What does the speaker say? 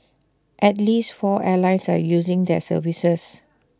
at least four airlines are using their services